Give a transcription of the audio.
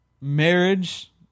Marriage